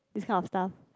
this kind of stuff